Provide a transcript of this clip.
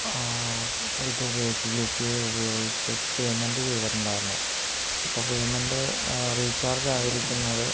ഇത് ഉപയോഗിച്ച് U P I ഉപയോഗിച്ച് പേയ്മെൻറ് ചെയ്തിട്ടുണ്ടായിരുന്നു അപ്പോള് പേയ്മെൻറ് റീചാർജ് ആയിരിക്കുന്നത്